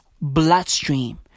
bloodstream